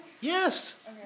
Yes